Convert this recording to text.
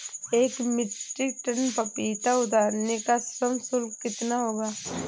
एक metric tonne पपीता उतारने का श्रम शुल्क कितना होगा?